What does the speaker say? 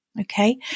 Okay